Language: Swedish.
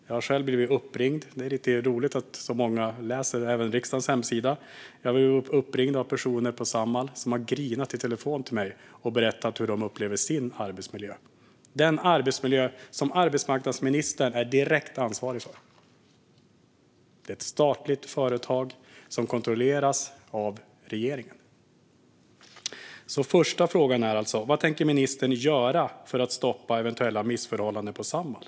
Jag har själv blivit uppringd - det är lite roligt att så många läser även riksdagens hemsida - av personer på Samhall som har grinat i telefonen och berättat hur de upplever sin arbetsmiljö, den arbetsmiljö som arbetsmarknadsministern är direkt ansvarig för. Detta är ett statligt företag som kontrolleras av regeringen. Första frågan är alltså: Vad tänker ministern göra för att stoppa eventuella missförhållanden på Samhall?